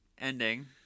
ending